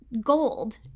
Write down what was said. gold